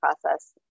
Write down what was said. process